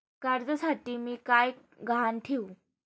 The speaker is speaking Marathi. कर्जासाठी मी काय गहाण ठेवू?